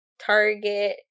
Target